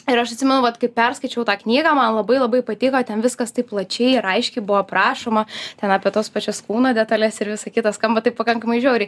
ir aš atsimenu vat kai perskaičiau tą knygą man labai labai patiko ten viskas taip plačiai ir aiškiai buvo aprašoma ten apie tas pačias kūno detales ir visa kita skamba taip pakankamai žiauriai